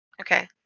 Okay